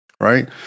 Right